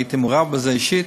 הייתי מעורב בזה אישית.